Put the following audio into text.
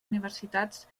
universitats